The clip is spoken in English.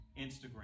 Instagram